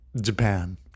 Japan